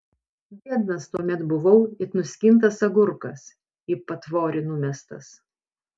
biednas tuomet buvau it nuskintas agurkas į patvorį numestas